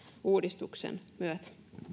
uudistuksen myötä